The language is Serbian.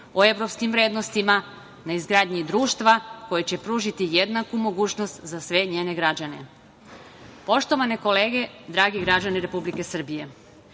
o evropskim vrednostima, na izgradnji društva koje će pružiti jednaku mogućnost za sve njene građane. Poštovane kolege, dragi građani Republike Srbije,